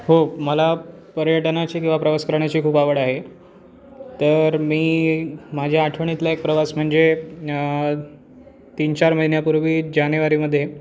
हो मला पर्यटनाची किंवा प्रवास करण्याची खूप आवड आहे तर मी माझ्या आठवणीतला एक प्रवास म्हणजे तीन चार महिन्यापूर्वी जानेवारीमधे